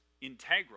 integral